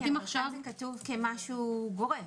כאן זה כתוב כמשהו גורף.